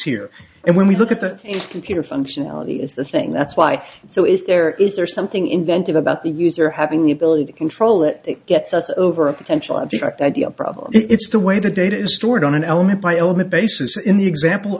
here and when we look at that and computer functionality is the thing that's why so is there is there something inventive about the user having the ability to control it it gets us over a potential abstract idea problem it's the way the data is stored on an element by element basis in the example